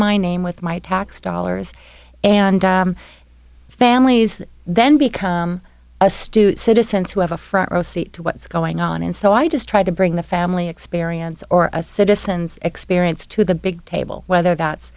my name with my tax dollars and families then become a student citizens who have a front row seat to what's going on and so i just try to bring the family experience or a citizens experience to the big table whether that's